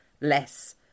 less